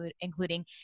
including